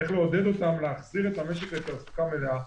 צריך לעודד אותם להחזיר את המשק לתעסוקה מלאה.